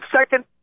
second